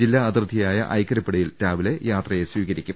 ജില്ലാ അതിർത്തിയായ ഐക്കരപ്പടിയിൽ രാവിലെ യാത്രയെ സ്വീകരിക്കും